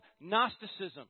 Gnosticism